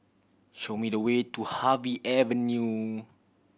show me the way to Harvey Avenue